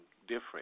different